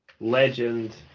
legend